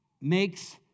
makes